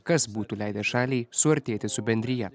kas būtų leidęs šaliai suartėti su bendrija